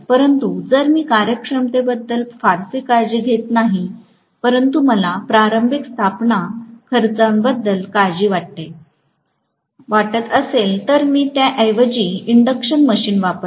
परंतु जर मी कार्यक्षमतेबद्दल फारशी काळजी घेत नाही परंतु मला प्रारंभिक स्थापना खर्चाबद्दल काळजी वाटत असेल तर मी त्याऐवजी इंडक्शन मशीन वापरते